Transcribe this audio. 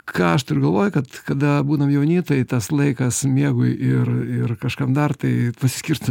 ką aš turiu galvoj kad kada būnam jauni tai tas laikas miegui ir ir kažkam dar tai pasiskirsto